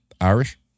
irish